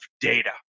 data